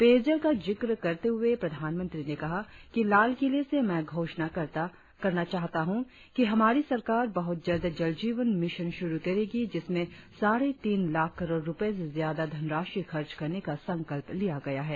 पेयजल का जिक्र करते हुए प्रधानमंत्री ने कहा कि लालकिले से मैं घोषणा करना चाहता हूँ कि हमारी सरकार बहुत जल्द जल जीवन मिशन शुरु करेगी जिसमें साढ़े तीन लाख करोड़ रुपये से ज्यादा धनराशि खर्च करने का संकल्प लिया गया है